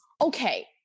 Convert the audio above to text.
okay